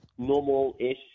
normal-ish